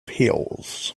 heels